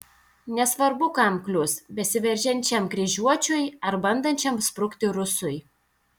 nesvarbu kam klius besiveržiančiam kryžiuočiui ar bandančiam sprukti rusui